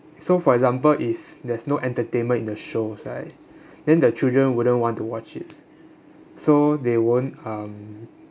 so for example if there's no entertainment in the shows right then the children wouldn't want to watch it so they won't um